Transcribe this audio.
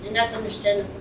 that's understandable,